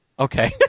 Okay